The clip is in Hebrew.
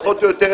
פחות או יותר,